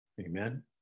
Amen